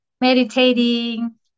meditating